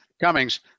Cummings